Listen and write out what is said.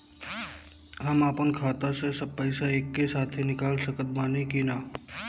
हम आपन खाता से सब पैसा एके साथे निकाल सकत बानी की ना?